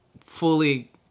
fully